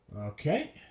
okay